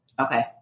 Okay